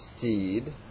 seed